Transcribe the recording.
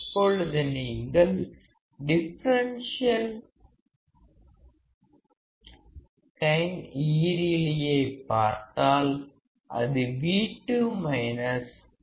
இப்பொழுது நீங்கள் differential gain ஈறிலியைப் பார்த்தால் அது V2 V1 ஆகும்